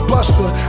Buster